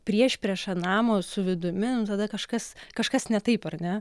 priešprieša namo su vidumi nu tada kažkas kažkas ne taip ar ne